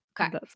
Okay